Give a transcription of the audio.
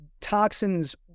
toxins